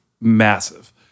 massive